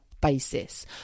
basis